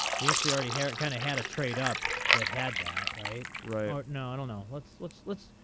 we actually already have kind of had a trade up that had that right right now i don't know let's let's let's.